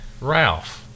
Ralph